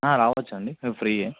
రావచ్చు అండి మేము ఫ్రీయే